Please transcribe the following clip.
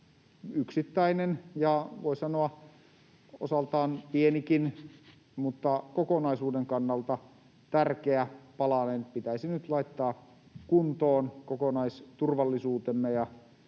yksittäinen ja voi sanoa osaltaan pienikin mutta kokonaisuuden kannalta tärkeä palanen pitäisi nyt laittaa kuntoon kokonaisturvallisuutemme ja